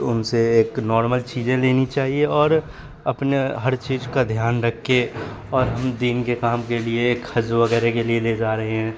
تو ان سے ایک نارمل چیجیں لینی چاہیے اور اپنے ہر چیج کا دھیان رکھ کے اور ہم دین کے کام کے لیے ایک حج وغیرہ کے لیے لے جا رہے ہیں